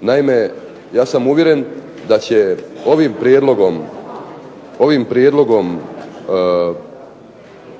Naime, ja sam uvjeren da će ovim prijedlogom Odluke